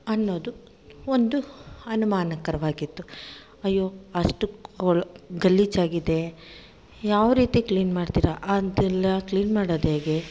ಅನ್ನೋದು ಒಂದು ಅನುಮಾನಕರವಾಗಿತ್ತು ಅಯ್ಯೋ ಅಷ್ಟು ಹೊಲ್ಸು ಗಲೀಜಾಗಿದೆ ಯಾವ ರೀತಿ ಕ್ಲೀನ್ ಮಾಡ್ತೀರಾ ಅಂತೆಲ್ಲ ಕ್ಲೀನ್ ಮಾಡೋದ್ಹೇಗೆ